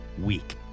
week